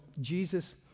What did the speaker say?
Jesus